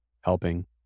helping